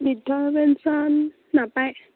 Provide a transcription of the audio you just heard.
বৃদ্ধ পেঞ্চন নাপায়